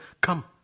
come